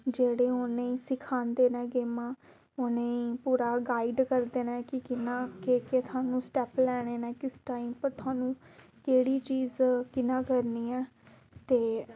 जेह्ड़े उ'नेंगी सखांदे न गेमां उ'नेंई पूरा गाइड करदे न कि कि'यां केह् केह् थुहानूं स्टैप लैने न किस टाइम पर थुहानूं केह्ड़ी चीज कि'यां करनी ऐ ते